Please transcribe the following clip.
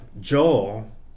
Joel